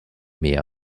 mehr